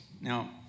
Now